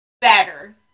better